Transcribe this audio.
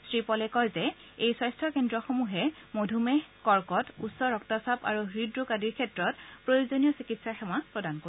শ্ৰীপলে কয় যে এই স্বাস্থাকেন্দ্ৰসমূহে মধুমেহ কৰ্কট উচ্চ ৰক্তচাপ আৰু হৃদৰোগ আদিৰ ক্ষেত্ৰত প্ৰয়োজনীয় চিকিৎসা সেৱা প্ৰদান কৰিব